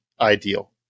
ideal